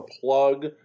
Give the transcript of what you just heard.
plug